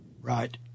Right